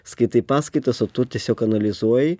skaitai paskaitas o tu tiesiog analizuoji